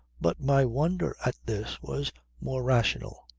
but my wonder at this was more rational.